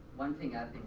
one thing i've